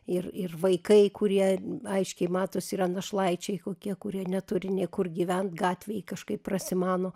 ir ir vaikai kurie aiškiai matosi yra našlaičiai kokie kurie neturi nė kur gyvent gatvėj kažkaip prasimano